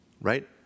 right